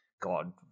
God